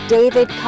David